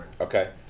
Okay